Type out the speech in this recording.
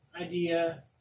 idea